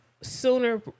sooner